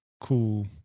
cool